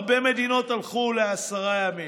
הרבה מדינות הלכו לעשרה ימים.